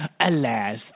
Alas